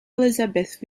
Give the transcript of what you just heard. elizabeth